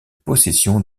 possession